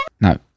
No